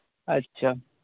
ᱟᱪᱪᱷᱟ